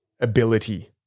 ability